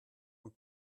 und